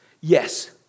Yes